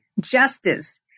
justice